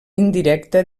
indirecta